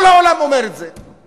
כל העולם אומר את זה.